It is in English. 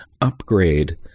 upgrade